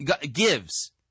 Gives